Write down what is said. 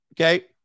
Okay